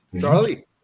Charlie